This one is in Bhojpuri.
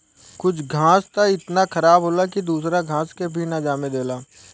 कुछ घास त इतना खराब होला की दूसरा घास के भी ना जामे देला